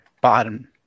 bottom